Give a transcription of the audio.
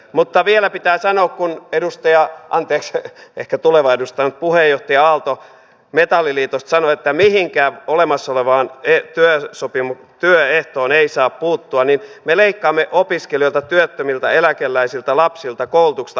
mutta vielä pitää kysyä kun edustaja anteeksi ehkä tuleva edustaja puheenjohtaja aalto metalliliitosta sanoi että mihinkään olemassa olevaan työehtoon ei saa puuttua että me leikkaamme opiskelijoilta työttömiltä eläkeläisiltä lapsilta koulutuksesta